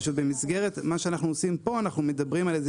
פשוט במסגרת מה שאנחנו עושים פה אנחנו מדברים על איזה